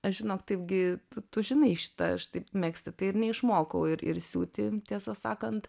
aš žinok taipgi tu žinai šitą aš taip megzti tai ir neišmokau ir ir siūti tiesą sakant